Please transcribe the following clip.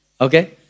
Okay